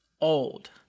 old